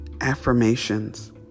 affirmations